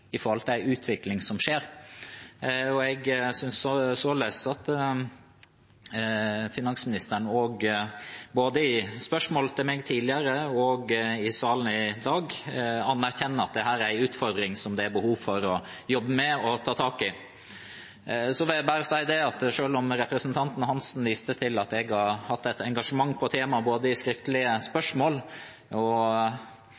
i svar til meg tidligere og i salen i dag anerkjenner at dette er en utfordring som det er behov for å jobbe med og ta tak i. Selv om representanten Hansen viste til at jeg har hatt et engasjement i temaet både ved skriftlige